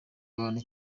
abantu